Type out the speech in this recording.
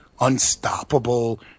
unstoppable